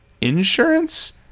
insurance